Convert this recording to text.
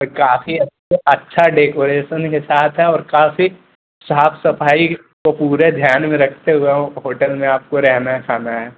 तो काफी अच्छा डेकोरेसन के साथ है और काफ़ी साफ़ सफ़ाई को पूरे ध्यान में रखते हुए होटल में आपको रहना है शाम में